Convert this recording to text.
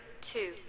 two